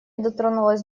дотронулась